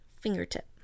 fingertip